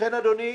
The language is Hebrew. לכן אדוני,